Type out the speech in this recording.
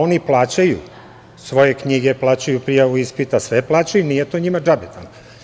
Oni plaćaju svoje knjige, plaćaju prijavu ispita, sve plaćaju, nije to njima džabe tamo.